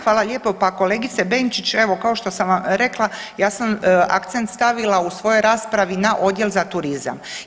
Hvala lijepo, pa kolegice Benčić evo kao što sam vam rekla ja sam akcent stavila u svojoj raspravi na odjel za turizam.